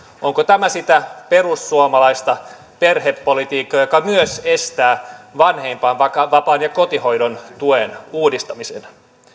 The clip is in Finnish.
onko tämä sitä perussuomalaista perhepolitiikkaa joka myös estää vanhempainvapaan ja kotihoidon tuen uudistamisen